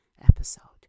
episode